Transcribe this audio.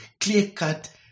clear-cut